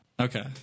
Okay